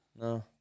No